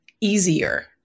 easier